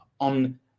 on